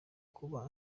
kuba